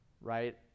right